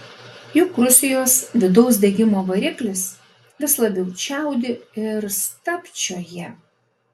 juk rusijos vidaus degimo variklis vis labiau čiaudi ir stabčioja